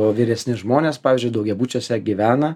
o vyresni žmonės pavyzdžiui daugiabučiuose gyvena